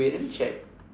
wait let me check